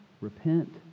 repent